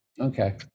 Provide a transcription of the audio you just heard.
Okay